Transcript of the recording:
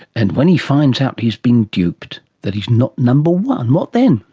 and when he finds out he's been duped, that he's not number one, what then?